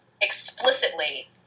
explicitly